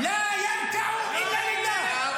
להרוג מחבלים ולהכניע.